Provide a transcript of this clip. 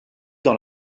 dans